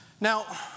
Now